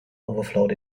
overflowed